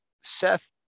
Seth